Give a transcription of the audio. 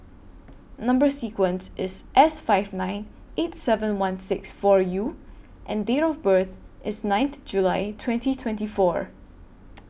Number sequence IS S five nine eight seven one six four U and Date of birth IS ninth July twenty twenty four